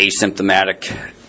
asymptomatic